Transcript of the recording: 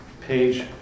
Page